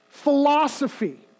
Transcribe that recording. philosophy